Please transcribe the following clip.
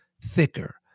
thicker